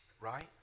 right